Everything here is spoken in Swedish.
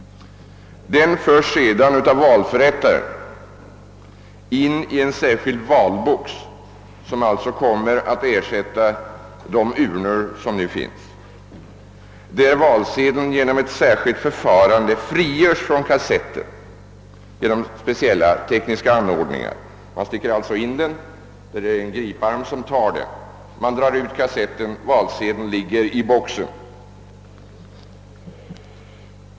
Den förs sedan av valförrättaren in i en särskild valbox — som alltså kommer att ersätta de urnor som nu finns — där valsedeln genom ett särskilt förfarande med speciella tekniska anordningar frigörs från kassetten. Man stic ker alltså in kassetten och en griparm tar valsedeln. Man drar ut kassetten och valsedeln ligger i boxen.